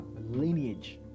lineage